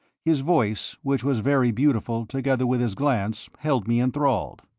his voice, which was very beautiful, together with his glance, held me enthralled.